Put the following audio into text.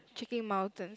trekking mountains